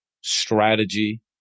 strategy